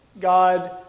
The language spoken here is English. God